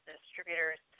distributors